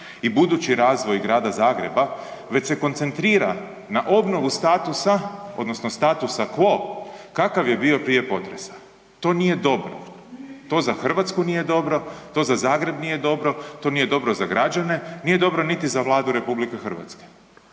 i budući razvoj grada Zagreba, već se koncentrira na obnovu statusa, odnosno statusa quo kakav je bio prije potresa. To nije dobro. To za Hrvatsku nije dobro, to za Zagreb nije dobro, to nije dobro za građane, nije dobro niti za Vladu RH.